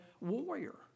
warrior